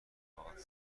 الاغت